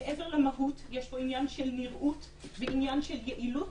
מעבר למהות יש פה עניין של נראות ועניין של יעילות